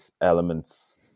elements